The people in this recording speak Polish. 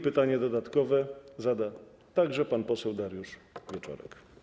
Pytanie dodatkowe zada także pan poseł Dariusz Wieczorek.